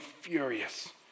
furious